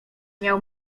miał